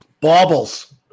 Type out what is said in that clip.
baubles